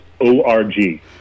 o-r-g